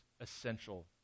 essential